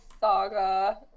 saga